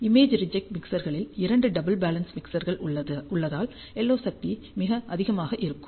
image reject மிக்சர்களில் இரண்டு double balance மிக்சர்கள் உள்ளதால் LO சக்தி மிக அதிகமாக இருக்கும்